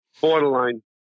Borderline